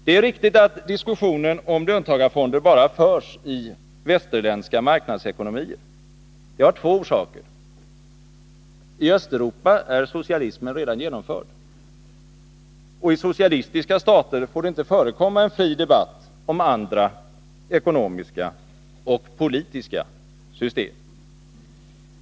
Det är riktigt att diskussionen om löntagarfonder bara förs i västerländska marknadsekonomier. Det har två orsaker: i Östeuropa är socialismen redan genomförd, och i socialistiska stater får det inte förekomma en fri debatt om olika ekonomiska och politiska system.